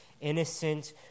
innocent